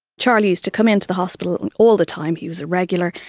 charlie used to come into the hospital all the time, he was a regular,